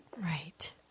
Right